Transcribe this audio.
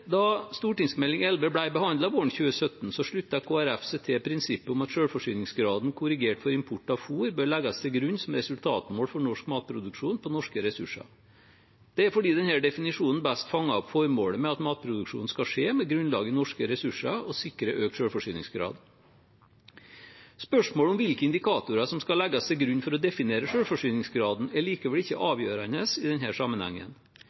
Da Meld. St. 11 for 2016–2017 ble behandlet våren 2017, sluttet Kristelig Folkeparti seg til prinsippet om at selvforsyningsgraden korrigert for import av fôr bør legges til grunn som resultatmål for norsk matproduksjon på norske ressurser. Det er fordi denne definisjonen best fanger opp formålet med at matproduksjonen skal skje med grunnlag i norske ressurser og sikre økt selvforsyningsgrad. Spørsmålet om hvilke indikatorer som skal legges til grunn for å definere selvforsyningsgraden, er likevel ikke avgjørende i denne sammenhengen.